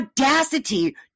audacity